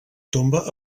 tomba